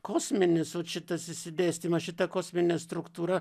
kosminis ot šitas išsidėstymas šita kosminė struktūra